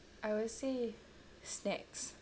I will say snacks